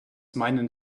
meinen